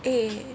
eh